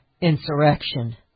insurrection